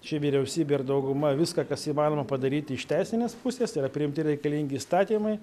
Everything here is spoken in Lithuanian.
ši vyriausybė ir dauguma viską kas įmanoma padaryti iš teisinės pusėstai yra priimti reikalingi įstatymai